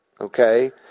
Okay